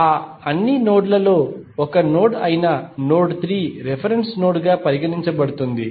ఆ అన్ని నోడ్ లలో ఒక నోడ్ అయిన నోడ్ 3 రిఫరెన్స్ నోడ్ గా పరిగణించబడుతుంది